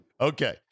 Okay